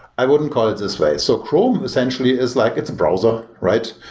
i wouldn't call it this way. so chrome essentially is like it's a browser, right?